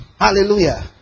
Hallelujah